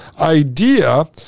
idea